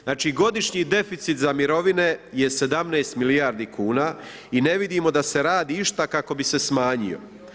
Znači godišnji deficit za mirovine je 17 milijardi kuna i ne vidimo da se radi išta kako bi se smanjio.